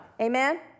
Amen